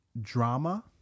drama